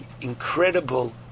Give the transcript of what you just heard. incredible